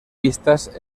vistas